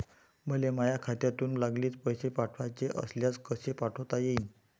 मले माह्या खात्यातून लागलीच पैसे पाठवाचे असल्यास कसे पाठोता यीन?